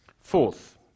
Fourth